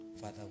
Father